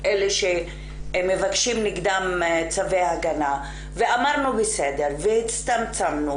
אלה שמבקשים נגדם צווי הגנה ואמרנו בסדר והצטמצמנו,